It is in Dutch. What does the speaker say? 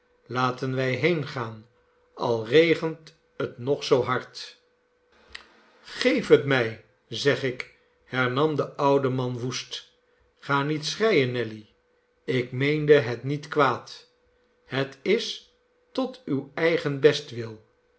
laten wij heengaan al regent het nog zoo hard geef het mij zeg ik hernam de oude man woest ga niet schreien nelly ik meende het niet kwaad het is tot uw eigen bestwil